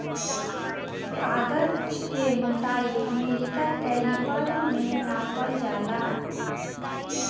कागज के मोटाई अमेरिका कैलिपर में नापल जाला